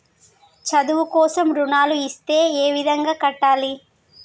చదువు కోసం రుణాలు ఇస్తే ఏ విధంగా కట్టాలి?